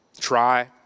try